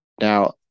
Now